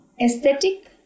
aesthetic